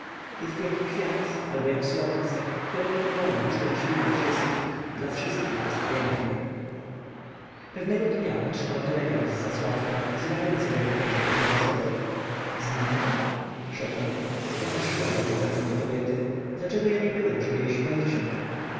jest jak kwiat albo jak słońce które mimowoli uszczęśliwia wszystkich dla wszystkich jest piękne pewnego dnia otrzymał telegram z zasławka wzywający go na pogrzeb prezesowej zmarła szepnął jaka szkoda tej zacnej kobiety dlaczego ja nie byłem przed jej śmiercią